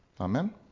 Amen